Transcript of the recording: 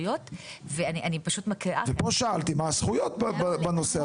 הזכויות ואני פשוט מקריאה --- ופה שאלתי מה הזכויות בנושא הזה.